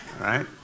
right